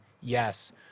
yes